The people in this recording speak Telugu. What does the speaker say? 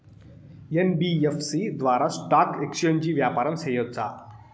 యన్.బి.యఫ్.సి ద్వారా స్టాక్ ఎక్స్చేంజి వ్యాపారం సేయొచ్చా?